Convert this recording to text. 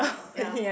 orh ya